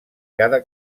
cada